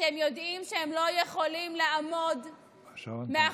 אתם יודעים שהם לא יכולים לעמוד מאחורי